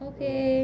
Okay